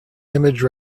image